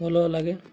ଭଲ ଲାଗେ